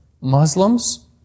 Muslims